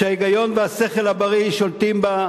שההיגיון והשכל הבריא שולטים בה,